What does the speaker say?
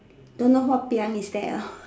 don't know what piang is that hor